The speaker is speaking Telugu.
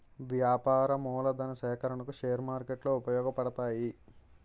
వ్యాపార మూలధన సేకరణకు షేర్ మార్కెట్లు ఉపయోగపడతాయి